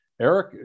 Eric